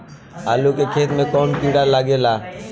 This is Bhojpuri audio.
आलू के खेत मे कौन किड़ा लागे ला?